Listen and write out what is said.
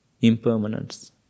impermanence